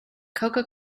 coca